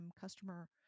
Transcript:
customer